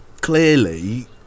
clearly